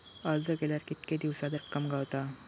अर्ज केल्यार कीतके दिवसात रक्कम गावता?